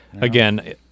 Again